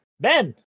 Ben